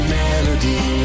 melody